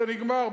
זה נגמר בלב.